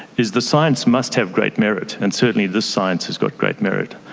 is the science must have great merit, and certainly this science has got great merit,